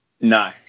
No